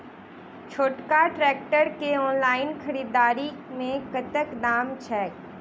छोटका ट्रैक्टर केँ ऑनलाइन खरीददारी मे कतेक दाम छैक?